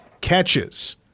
catches